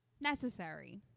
necessary